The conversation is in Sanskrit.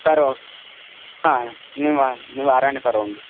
करोमि हा निवारणं निवारणं करोमि